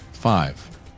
Five